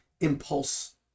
impulse